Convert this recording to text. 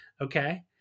okay